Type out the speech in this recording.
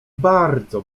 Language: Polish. bardzo